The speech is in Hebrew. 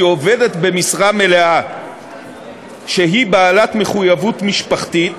כי עובדת במשרה מלאה שהיא בעלת מחויבות משפחתית,